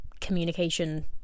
communication